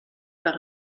par